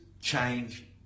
change